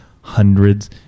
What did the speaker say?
hundreds